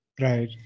Right